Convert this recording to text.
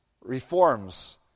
reforms